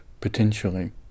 potentially